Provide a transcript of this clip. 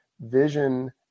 vision